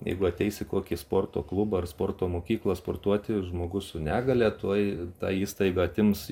jeigu ateis į kokį sporto klubą ar sporto mokyklą sportuoti žmogus su negalia tuoj ta įstaiga atims